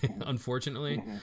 unfortunately